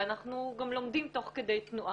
ואנחנו גם לומדים תוך כדי תנועה.